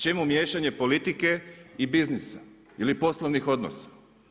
Čemu miješanje politike i biznisa ili poslovnih odnosa?